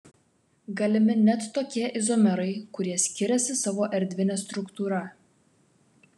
galimi net tokie izomerai kurie skiriasi savo erdvine struktūra